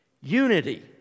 unity